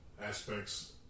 aspects